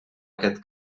aquest